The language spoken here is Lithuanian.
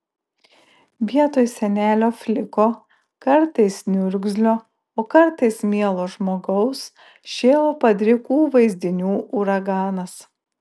vietoj senelio fliko kartais niurgzlio o kartais mielo žmogaus šėlo padrikų vaizdinių uraganas